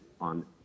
on